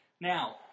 now